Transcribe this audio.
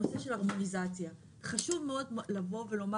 אם יבואן לא יכול לייבא יותר,